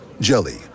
Jelly